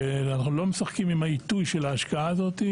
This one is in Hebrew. אנחנו לא משחקים עם העיתוי של ההשקעה הזאת,